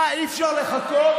מה, אי-אפשר לחכות?